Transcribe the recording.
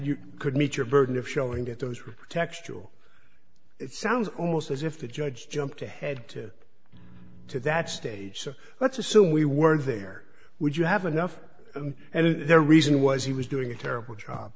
you could meet your burden of showing that those textural it sounds almost as if the judge jumped ahead to to that stage so let's assume we weren't there would you have enough and their reason was he was doing a terrible job